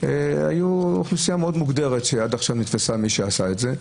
אלא אוכלוסייה מאוד מוגדרת שעשתה את זה.